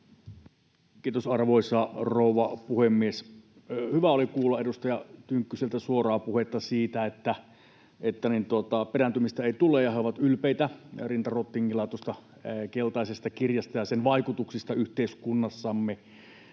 Kiitos, arvoisa rouva puhemies! Hyvä oli kuulla edustaja Tynkkyseltä suoraa puhetta siitä, että perääntymistä ei tule ja he ovat ylpeitä ja rinta rottingilla tuosta keltaisesta kirjasta ja sen vaikutuksista yhteiskunnassamme.